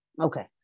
Okay